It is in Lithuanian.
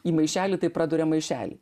į maišelį tai praduria maišelį